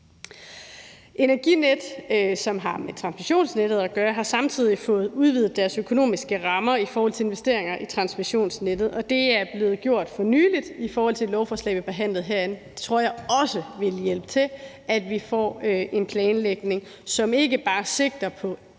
Energinet, som har med transmissionsnettet at gøre, har samtidig fået udvidet deres økonomiske rammer i forhold til investeringer i transmissionsnettet, og det er blevet gjort for nylig i forbindelse med et lovforslag, vi behandlede herinde. Det tror jeg også vil hjælpe til, at vi får en planlægning, som ikke bare sigter på